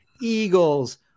eagles